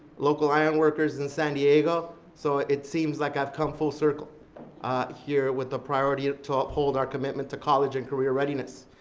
local ironworkers in san diego. so it seems like i've come full circle here with a priority to uphold our commitment to college and career readiness.